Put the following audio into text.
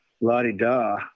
la-di-da